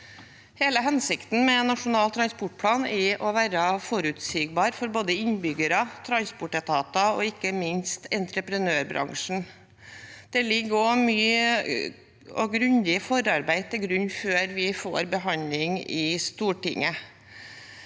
Hele hensikten med Nasjonal transportplan er å være forutsigbar for både innbyggere, transportetater og ikke minst entreprenørbransjen. Det ligger mye og grundig forarbeid til grunn før vi får en behandling i Stortinget.